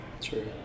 true